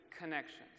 connections